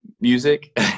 music